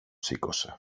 σήκωσε